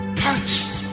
punched